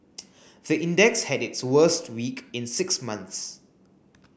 the index had its worst week in six months